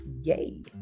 Yay